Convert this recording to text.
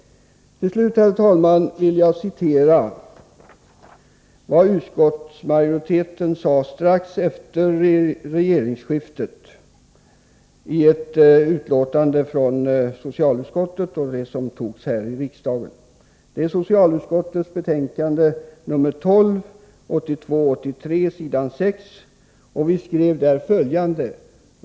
Till sist, herr talman, vill jag citera vad socialutskottets majoritet strax efter regeringsskiftet uttalade i ett betänkande som antogs av riksdagen. Det är socialutskottets betänkande 1982/83:12 s. 6.